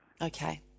Okay